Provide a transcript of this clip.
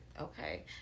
okay